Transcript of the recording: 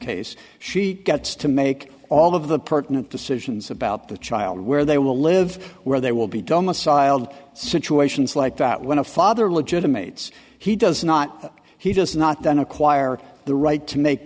case she gets to make all of the pertinent decisions about the child where they will live where they will be dumb asylum situations like that when a father legitimates he does not he does not then acquire the right to make